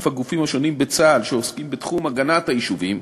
הגופים השונים בצה"ל שעוסקים בתחום הגנת היישובים,